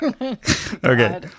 Okay